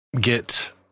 get